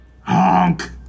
Honk